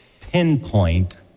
pinpoint